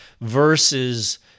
versus